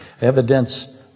evidence